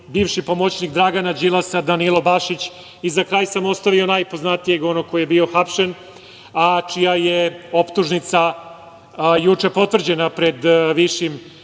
bivši pomoćnik Dragana Đilasa Danilo Bašić.Za kraj sam ostavio najpoznatijeg onog koji je bio hapšen, a čija je optužnica juče potvrđena pred Višim